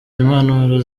mpanuro